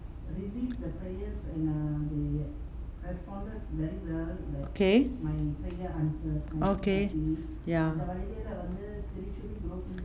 okay okay ya